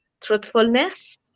truthfulness